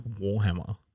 Warhammer